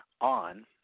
on